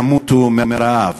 ימותו מרעב.